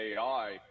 AI